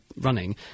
running